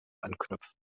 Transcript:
anknüpfen